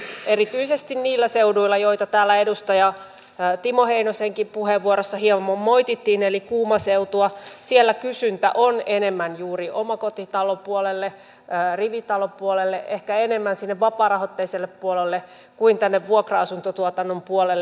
monesti erityisesti niillä seuduilla joita täällä edustaja timo heinosenkin puheenvuorossa hieman moitittiin eli kuuma seutua kysyntä on enemmän juuri omakotitalopuolelle rivitalopuolelle ehkä enemmän sinne vapaarahoitteiselle puolelle kuin tänne vuokra asuntotuotannon puolelle